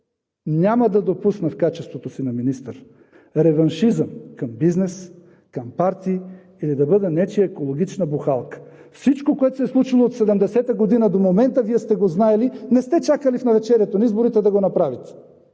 няма да допусна в качеството си на министър реваншизъм към бизнес, към партии или да бъда нечия екологична бухалка. Всичко, което се е случило от 70 а година до момента, Вие сте го знаели. Не сте чакали в навечерието на изборите да го направите,